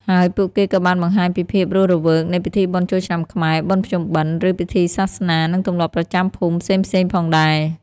ហើយពួកគេក៏បានបង្ហាញពីភាពរស់រវើកនៃ ពិធីបុណ្យចូលឆ្នាំខ្មែរ បុណ្យភ្ជុំបិណ្ឌ ឬពិធីសាសនា និងទម្លាប់ប្រចាំភូមិផ្សេងៗផងដែរ។